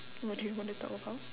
what do you wanna talk about